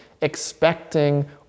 expecting